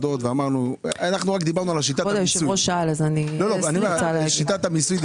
דיברנו על שיטת המיסוי,